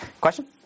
Question